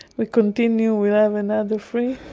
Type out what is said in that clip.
we continue, we have another three,